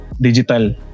Digital